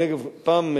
אגב, אני זוכר, פעם,